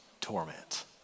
torment